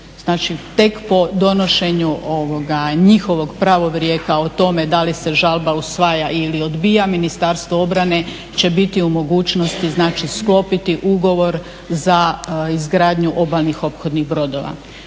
tek po donošenju njihovog pravorijeka o tome da li se žalba usvaja ili odbija, Ministarstvo obrane će biti u mogućnosti, znači sklopiti ugovor za izgradnju obalnih ophodnih brodova.